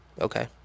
Okay